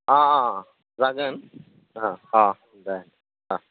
अ अ अ जागोन अ अ दे अ